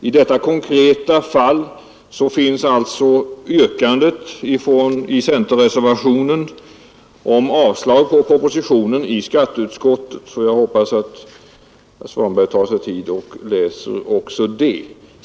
I detta konkreta fall finns alltså yrkandet i centerreservationen om avslag på propositionen i skatteutskottets betänkande. Jag hoppas att herr Svanberg tar sig tid att läsa också det.